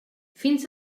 fins